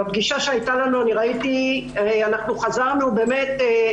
לאחר הפגישה שהייתה לנו חזרנו מאושרות,